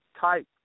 type